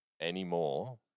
anymore